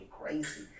crazy